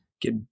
get